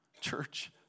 Church